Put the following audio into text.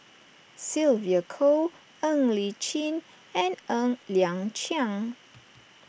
Sylvia Kho Ng Li Chin and Ng Liang Chiang